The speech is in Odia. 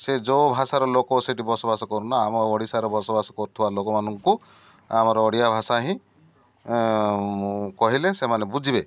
ସେ ଯେଉଁ ଭାଷାର ଲୋକ ସେଇଠି ବସବାସ କରୁନା ଆମ ଓଡ଼ିଶାର ବସବାସ କରୁଥିବା ଲୋକମାନଙ୍କୁ ଆମର ଓଡ଼ିଆ ଭାଷା ହିଁ କହିଲେ ସେମାନେ ବୁଝିବେ